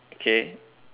okay